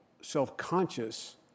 self-conscious